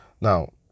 Now